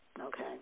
okay